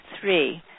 three